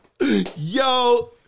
Yo